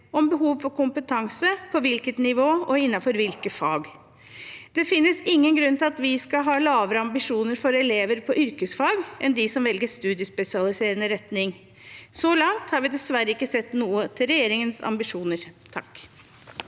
om behov for kompetanse, på hvilket nivå og innenfor hvilke fag. Det finnes ingen grunn til at vi skal ha lavere ambisjoner for elever på yrkesfag enn for dem som velger studiespesialiserende retning. Så langt har vi dessverre ikke sett noe til regjeringens ambisjoner. Svein